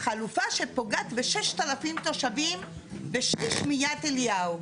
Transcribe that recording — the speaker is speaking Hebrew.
חלופה שפוגעת ב-6,000 תושבים ושליש מיד-אליהו,